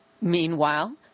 Meanwhile